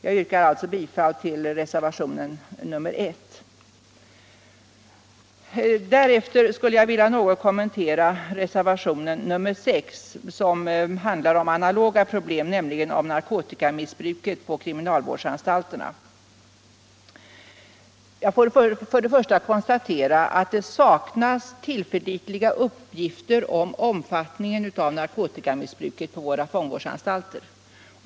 Jag yrkar bifall till reservationen 1 till justitieutskottets betänkande nr 28. Därefter skulle jag vilja något kommentera reservationen 6, som handlar om analoga problem, nämligen narkotikamissbruket på kriminalvårdsanstalterna. Jag får till att börja med konstatera att det saknas tillförlitliga uppgifter om omfattningen av narkotikamissbruket på våra fångvårdsanstalter.